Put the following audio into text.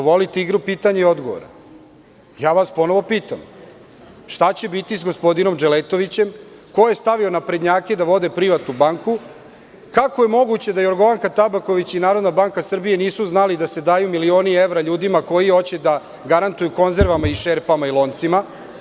Pošto volite igru pitanja i odgovora, ponovo vas pitam – šta će biti sa gospodinom Dželetovićem, ko je stavio naprednjake da vode privatnu banku i kako je moguće da Jorgovanka Tabaković i Narodna banka Srbije nisu znali da se daju milioni evra ljudima koji hoće da garantuju konzervama, šerpama i loncima?